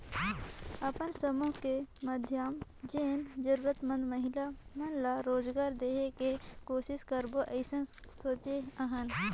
अपन समुह के माधियम जेन जरूरतमंद महिला मन ला रोजगार देहे के कोसिस करबो अइसने सोचे हन